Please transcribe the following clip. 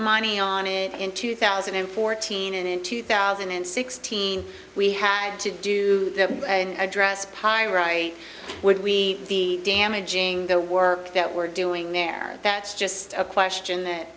money on it in two thousand and fourteen and two thousand and sixteen we had to do that and address pyrite would we be damaging the work that we're doing there that's just a question that